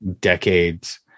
decades